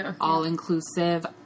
all-inclusive